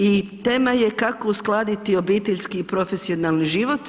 I tema je kako uskladiti obiteljski i profesionalni život.